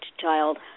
child